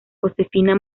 josefina